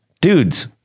dudes